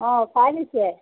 অ' offer দিছে